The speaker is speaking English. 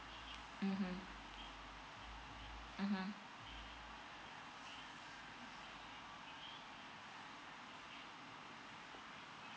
mmhmm mmhmm